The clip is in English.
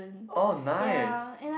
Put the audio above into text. oh nice